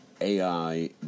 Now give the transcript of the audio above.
AI